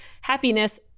happiness